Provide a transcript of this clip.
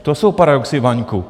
To jsou paradoxy, Vaňku...